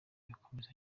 bigakomeza